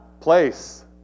Place